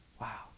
Wow